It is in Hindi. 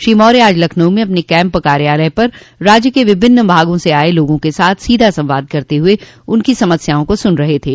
श्री मौर्य आज लखनऊ में अपने कैम्प कार्यालय पर राज्य के विविन्न भागों से आये लोगों के साथ सीधे संवाद करते हुए उनकी समस्याओं को सुन रहे थे